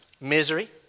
misery